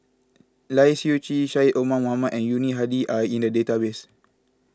Lai Siu Chiu Syed Omar Mohamed and Yuni Hadi are in the database